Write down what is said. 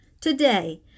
Today